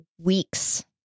weeks